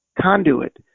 conduit